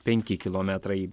penki kilometrai